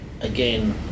again